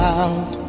out